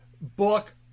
book